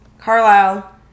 Carlisle